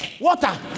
water